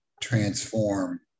transform